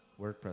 WordPress